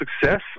success